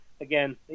again